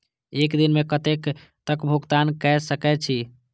एक दिन में कतेक तक भुगतान कै सके छी